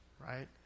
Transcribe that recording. Right